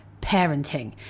parenting